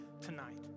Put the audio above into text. tonight